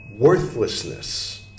worthlessness